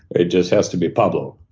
it just has to be pablo.